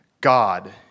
God